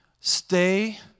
Stay